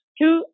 two